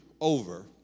over